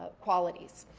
ah qualities.